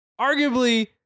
Arguably